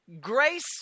Grace